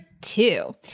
two